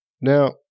Now